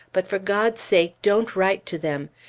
but, for god's sake, don't write to them!